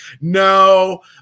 no